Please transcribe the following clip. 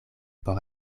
por